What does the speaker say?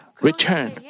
return